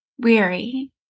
weary